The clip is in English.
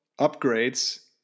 upgrades